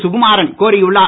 சுகுமாறன் கோரியுள்ளார்